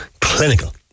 clinical